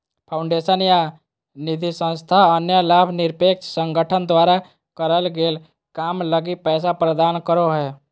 foundation या निधिसंस्था अन्य लाभ निरपेक्ष संगठन द्वारा करल गेल काम लगी पैसा प्रदान करो हय